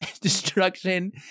destruction